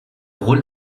rôle